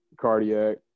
Cardiac